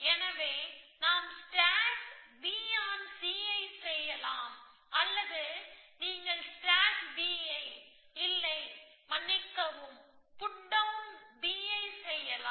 எனவே நாம் stack B on C ஐ செய்யலாம் அல்லது நீங்கள் ஸ்டேக் B ஐ இல்லை மன்னிக்கவும் புட்டவுன் B ஐ செய்யலாம்